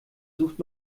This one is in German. sucht